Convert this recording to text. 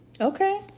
Okay